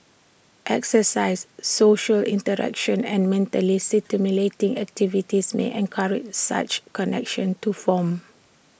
exercise social interaction and mentally stimulating activities may encourage such connections to form